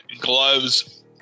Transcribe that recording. gloves